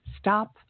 stop